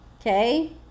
okay